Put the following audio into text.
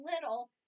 little